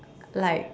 like